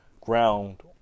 ground